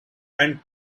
and